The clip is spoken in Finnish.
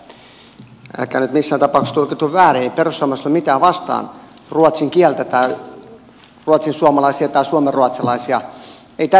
ei perussuomalaisilla ole mitään ruotsin kieltä tai ruotsinsuomalaisia tai suomenruotsalaisia vastaan ei tästä ole kysymys